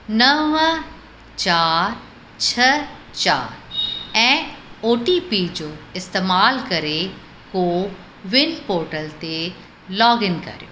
नव चारि छह चारि ऐं ओटीपी जो इस्तेमाल करे को विन पोर्टल ते लॉगइन कर्यो